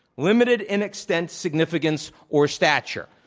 limited in extent, significance or stature.